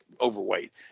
overweight